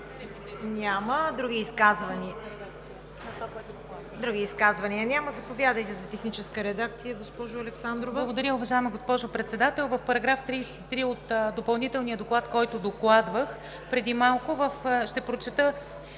Няма. Други изказвания?